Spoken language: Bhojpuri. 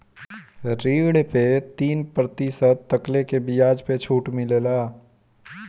ऋण पे तीन प्रतिशत तकले के बियाज पे छुट मिलेला